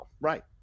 right